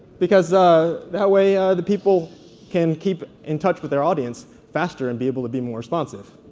because ah that way the people can keep in touch with their audience faster and be able to be more responsive.